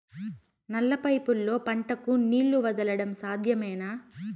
నల్ల పైపుల్లో పంటలకు నీళ్లు వదలడం సాధ్యమేనా?